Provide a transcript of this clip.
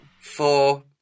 four